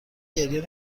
گریه